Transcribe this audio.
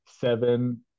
seven